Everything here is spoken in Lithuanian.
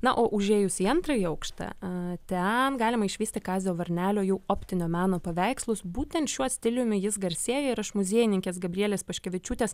na o užėjus į antrąjį aukštą ten galima išvysti kazio varnelio jau optinio meno paveikslus būtent šiuo stiliumi jis garsėja ir aš muziejininkės gabrielės paškevičiūtės